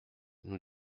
nous